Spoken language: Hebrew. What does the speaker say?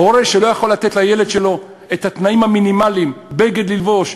הורה שלא יכול לתת לילד שלו את התנאים המינימליים של בגד ללבוש,